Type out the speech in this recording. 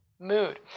mood